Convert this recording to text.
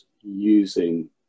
using